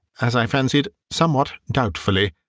as i fancied, somewhat doubtfully.